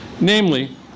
Namely